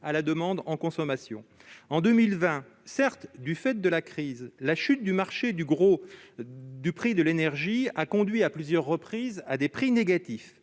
à la demande en consommation. En 2020, certes du fait de la crise, la chute du marché de gros de l'énergie a conduit à plusieurs reprises à des prix négatifs.